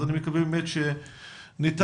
אז אני מקווה באמת שניתן יהיה לעשות את זה.